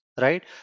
right